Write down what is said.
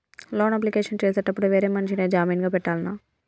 Loan application చేసేటప్పుడు వేరే మనిషిని జామీన్ గా పెట్టాల్నా?